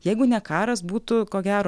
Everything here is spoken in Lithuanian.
jeigu ne karas būtų ko gero